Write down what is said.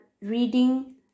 reading